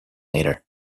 later